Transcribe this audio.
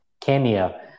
Kenya